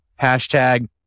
hashtag